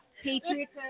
Patriots